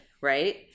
right